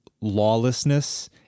lawlessness